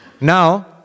Now